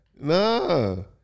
no